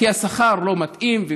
כי השכר לא מתאים.